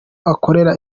akorera